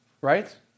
right